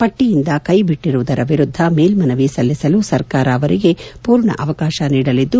ಪಟ್ಟಿಯಿಂದ ಕೈಬಿಟ್ಟಿರುವುದರ ವಿರುದ್ಧ ಮೇಲ್ಠನವಿ ಸಲ್ಲಿಸಲು ಸರ್ಕಾರ ಅವರಿಗೆ ಪೂರ್ಣ ಅವಕಾಶ ನೀಡಲಿದ್ದು